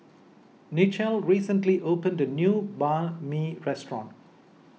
Nichelle recently opened a new Banh Mi restaurant